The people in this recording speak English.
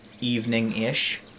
evening-ish